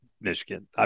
Michigan